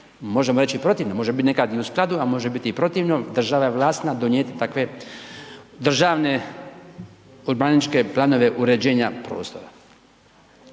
možemo reći protivno, može biti nekad i u skladu, a može biti protivno, država je vlasna donijeti takve državne urbanističke planove uređenja prostora.